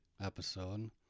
episode